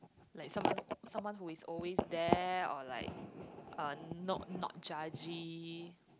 like someone someone who is always there or like uh no not judgy